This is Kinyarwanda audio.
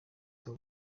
theo